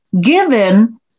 Given